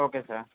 okay sir